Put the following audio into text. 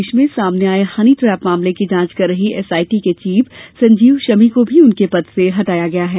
प्रदेश में सामने आये हनी ट्रेप मामले की जांच कर रही एसआईटी के चीफ संजीव शमी को भी उनके पद से हटाया गया है